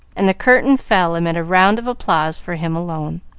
and the curtain fell amid a round of applause for him alone.